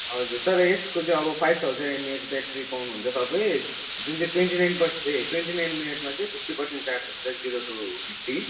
हजुर तर यसको चाहिँ अब फाइभ थाउजन्ड एमएएच ब्याट्री पाउनुहुन्छ तपाईँ जुन चाहिँ ट्वेन्टी नाइन पर्से ए ट्वेन्टी नाइन मिनटमा चाहिँ फिफ्टी पर्सेन्ट चार्ज हुन्छ जिरो टु फिफ्टी